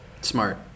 smart